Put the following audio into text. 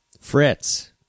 Fritz